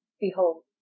Behold